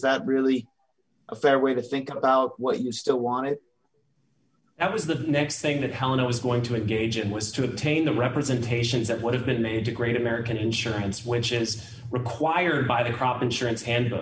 that really a fair way to think about what you still want it that was the next thing that helen was going to engage in was to obtain the representations that would have been made to great american insurance which is required by the crop insurance hand